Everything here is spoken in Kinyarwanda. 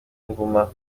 inguma